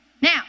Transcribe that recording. Now